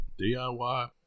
DIY